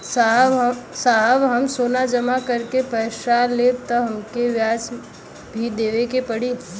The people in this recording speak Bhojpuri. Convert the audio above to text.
साहब हम सोना जमा करके पैसा लेब त हमके ब्याज भी देवे के पड़ी?